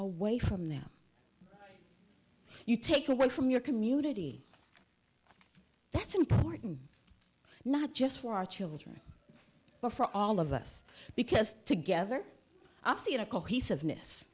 away from them you take away from your community that's important not just for our children but for all of us because together obsolete a cohesiveness